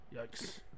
Yikes